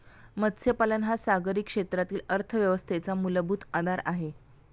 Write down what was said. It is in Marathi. मत्स्यपालन हा सागरी क्षेत्रातील अर्थव्यवस्थेचा मूलभूत आधार आहे